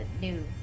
new